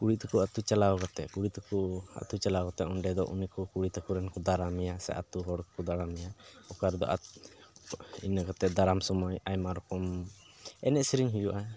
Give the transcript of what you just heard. ᱠᱩᱲᱤ ᱛᱟᱠᱚ ᱟᱹᱛᱩ ᱪᱟᱞᱟᱣ ᱠᱟᱛᱮᱫ ᱠᱩᱲᱤ ᱛᱟᱠᱚ ᱟᱹᱛᱩ ᱪᱟᱞᱟᱣ ᱠᱟᱛᱮᱫ ᱚᱸᱰᱮ ᱫᱚ ᱠᱩᱲᱤ ᱛᱟᱠᱚ ᱨᱮᱱ ᱠᱚ ᱫᱟᱨᱟᱢᱮᱭᱟ ᱥᱮ ᱟᱹᱛᱩ ᱦᱚᱲ ᱠᱚ ᱫᱟᱨᱟᱢᱮᱭᱟ ᱟᱨ ᱤᱱᱟᱹ ᱠᱟᱛᱮᱫ ᱫᱟᱨᱟᱢ ᱥᱚᱢᱚᱭ ᱟᱭᱢᱟ ᱨᱚᱠᱚᱢ ᱮᱱᱮᱡ ᱥᱮᱨᱮᱧ ᱦᱩᱭᱩᱜᱼᱟ